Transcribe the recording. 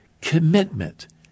commitment